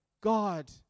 God